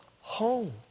home